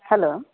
hello